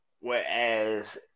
Whereas